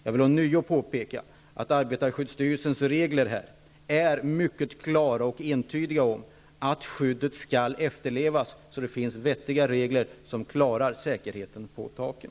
Jag vill ånyo påpeka att arbetarskyddsstyrelsens regler är klara och entydiga. Det finns vettiga regler som klarar säkerheten på taken.